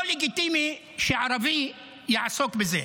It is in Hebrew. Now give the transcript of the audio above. לא לגיטימי שערבי יעסוק בזה.